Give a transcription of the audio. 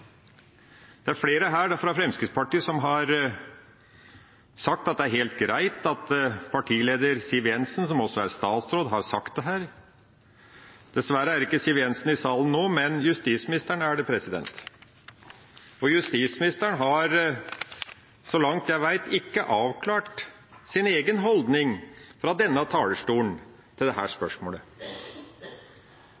Det er flere her fra Fremskrittspartiet som har sagt at det er helt greit at partileder Siv Jensen, som også er statsråd, har sagt dette. Dessverre er ikke Siv Jensen i salen nå, men justisministeren er det, og justisministeren har, så langt jeg vet, ikke avklart sin egen holdning fra denne talerstolen til dette spørsmålet.